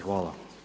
Hvala.